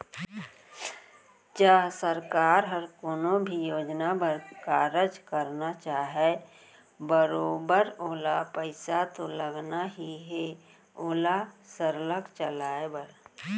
च सरकार ह कोनो भी योजना बर कारज करना चाहय बरोबर ओला पइसा तो लगना ही हे ओला सरलग चलाय बर